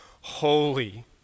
holy